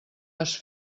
has